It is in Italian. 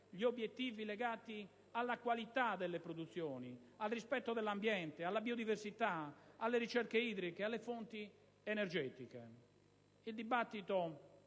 gli obiettivi legati alla qualità delle produzioni, al rispetto dell'ambiente, alla biodiversità, alle risorse idriche, alle fonti energetiche. Il dibattito